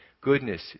goodness